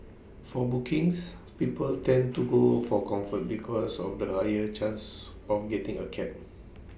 for bookings people tend to go for comfort because of the higher chance of getting A cab